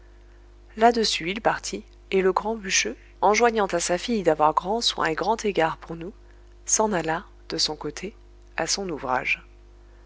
là-dessus il partit et le grand bûcheux enjoignant à sa fille d'avoir grand soin et grand égard pour nous s'en alla de son côté à son ouvrage